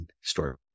Story